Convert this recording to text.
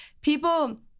people